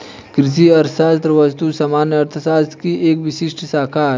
कृषि अर्थशास्त्र वस्तुतः सामान्य अर्थशास्त्र की एक विशिष्ट शाखा है